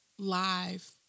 live